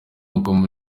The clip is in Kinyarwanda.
uko